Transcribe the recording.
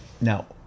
Now